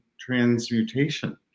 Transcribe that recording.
transmutation